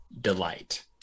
delight